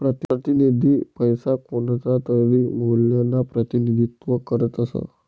प्रतिनिधी पैसा कोणतातरी मूल्यना प्रतिनिधित्व करतस